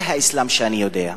זה האסלאם שאני יודע.